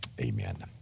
Amen